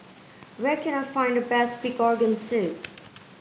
where can I find the best pig organ soup